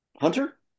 Hunter